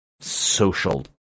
Social